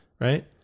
right